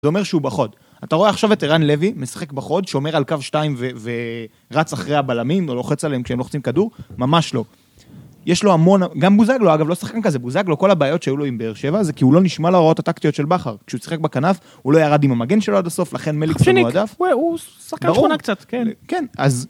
זה אומר שהוא בחוד, אתה רואה עכשיו את ערן לוי, משחק בחוד, שומר על קו 2 ורץ אחרי הבלמים, או לוחץ עליהם כשהם לוחצים כדור, ממש לא. יש לו המון, גם בוזגלו אגב, לא שחקן כזה, בוזאגלו כל הבעיות שהיו לו עם באר שבע זה כי הוא לא נשמע להוראות הטקטיות של בכר. כשהוא שחק בכנף, הוא לא ירד עם המגן שלו עד הסוף, לכן מליקס שלו עדיף, הוא שחקן שכונה קצת, כן.